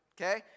okay